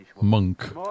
Monk